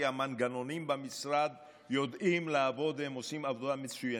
כי המנגנונים במשרד יודעים לעבוד והם עושים עבודה מצוינת.